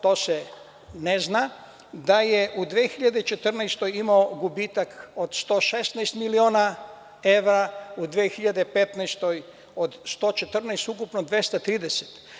To se ne zna, da je u 2014. godini imao gubitak od 116 miliona evra, u 2015. godini od 114, ukupno 230.